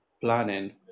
planning